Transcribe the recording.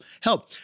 help